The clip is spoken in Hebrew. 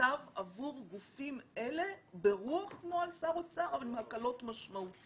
שנכתב עבור גופים אלה ברוח נוהל שר אוצר אבל עם הקלות משמעותיות.